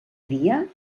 dia